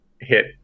hit